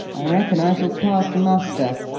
i reckon i shall pass muster!